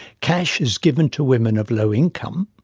cash is given to women of low income,